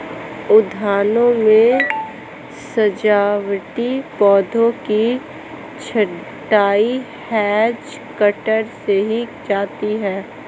उद्यानों में सजावटी पौधों की छँटाई हैज कटर से की जाती है